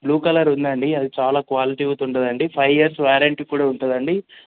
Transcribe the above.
blue colour ఉందండి అది చాలా క్వాలిటీ తోటి ఉంటదంది ఫైవ్ ఇయర్స్ వారంటీ కూడా ఉంటుందండి